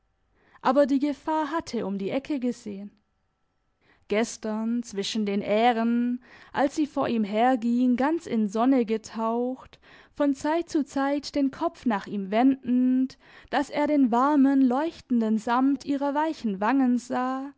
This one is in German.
aber die gefahr hatte um die ecke gesehen gestern zwischen den ähren als sie vor ihm herging ganz in sonne getaucht von zeit zu zeit den kopf nach ihm wendend dass er den warmen leuchtenden sammet ihrer weichen wangen sah